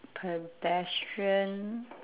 pedestrian